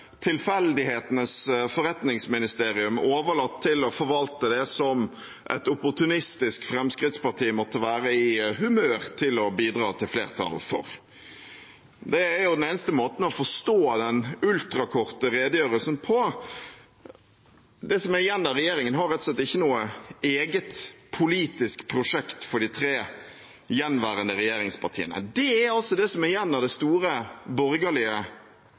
tilfeldighetens forretningsministerium overlatt til å forvalte det som et opportunistisk Fremskrittsparti måtte være i humør til å bidra til flertall for. Det er den eneste måten å forstå den ultrakorte redegjørelsen på. Det som er igjen av regjeringen, har rett og slett ikke noe eget politisk prosjekt for de tre gjenværende regjeringspartiene. Det er altså det som er igjen av det store borgerlige